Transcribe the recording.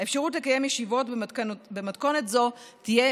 האפשרות לקיים ישיבות במתכונת זו תהיה